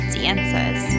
dances